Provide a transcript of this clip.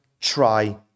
try